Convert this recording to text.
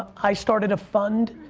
um i started a fund